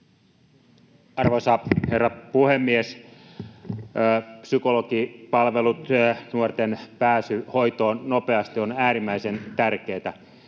Arvoisa herra puhemies! Psykologipalvelut ja nuorten pääsy hoitoon nopeasti ovat äärimmäisen tärkeitä.